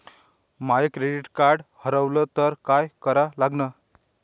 माय credit card हारवलं तर काय करा लागन?